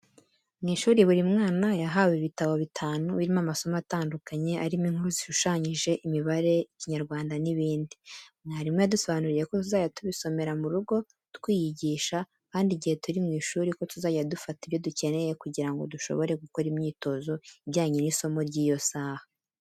Mu ishuri, buri mwana yahawe ibitabo bitanu birimo amasomo atandukanye, arimo inkuru zishushanyije, imibare, Ikinyarwanda n’ibindi. Mwarimu yadusobanuriye ko tuzajya tubisomera mu rugo twiyigisha, kandi igihe turi mu ishuri ko tuzajya dufata ibyo dukeneye kugira ngo dushobore gukora imyitozo ijyanye n’isomo ry’iyo saha.